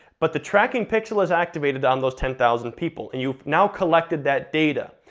but the tracking pixel is activated on those ten thousand people, and you've now collected that data.